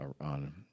on